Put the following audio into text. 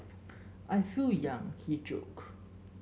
I feel young he joked